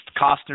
Costner